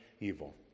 evil